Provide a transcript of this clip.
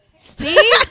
See